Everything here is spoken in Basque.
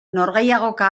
norgehiagoka